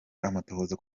amatohoza